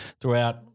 throughout